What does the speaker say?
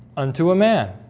unto a man,